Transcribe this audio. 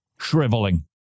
shriveling